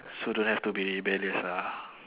so don't have to be rebellious ah